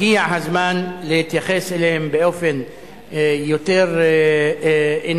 הגיע הזמן להתייחס אליהם באופן יותר אנושי,